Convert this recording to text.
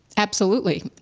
absolutely.